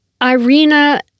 Irina